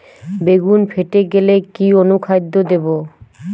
বেগুন ফেটে গেলে কি অনুখাদ্য দেবো?